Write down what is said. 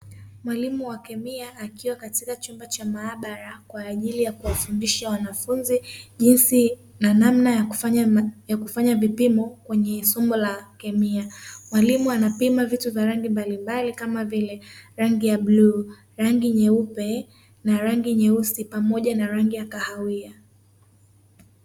Mwalimu wa kemia akiwa katika chumba cha maabara kwa ajili ya kuwafundisha wanafunzi jinsi na namna ya kufanya vipimo kwenye somo la kemia. Mwalimu anapima vitu vya rangi mbalimbali kama vile rangi ya bluu, rangi nyeupe na rangi nyeusi pamoja na rangi ya kahawia.